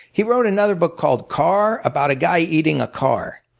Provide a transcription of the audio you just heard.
he wrote another book called car, about a guy eating a car.